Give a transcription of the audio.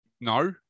no